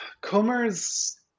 Comer's